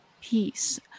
peace